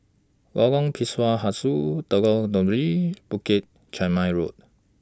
Lorong Pisang Hijau Lengkong Tujuh Bukit Chermin Road